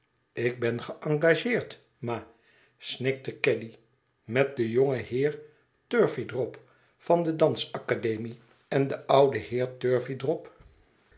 ik ben geëngageerd ma snikte caddy met den jongen heer turveydrop van de dans academie en de oude heer